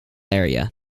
area